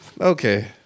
Okay